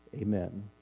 Amen